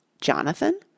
Jonathan